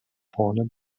vorne